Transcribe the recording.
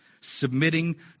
submitting